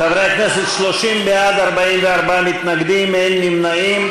חברי הכנסת, 30 בעד, 44 מתנגדים, אין נמנעים.